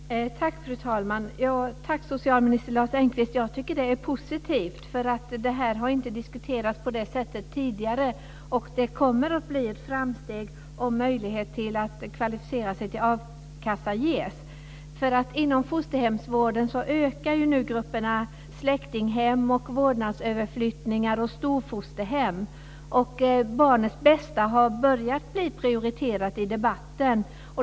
Fru talman! Tack, socialminister Lars Engqvist! Jag tycker att det är positivt, för detta har inte diskuterats på det sättet tidigare. Det kommer att bli ett framsteg om möjlighet att kvalificera sig till a-kassa ges. Inom fosterhemsvården ökar nu grupperna släktinghem, vårdnadsöverflyttningar och storfosterhem. Barnets bästa har börjat bli prioriterat i debatten.